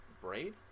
Braid